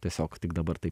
tiesiog tik dabar tai